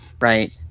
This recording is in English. right